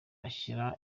ashyiramo